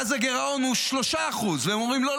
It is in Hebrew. ואז הגירעון הוא 3%. והם אומרים: לא,